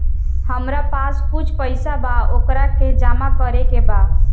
हमरा पास कुछ पईसा बा वोकरा के जमा करे के बा?